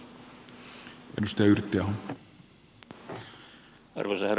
arvoisa herra puhemies